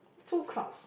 two clouds